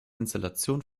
installation